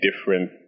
different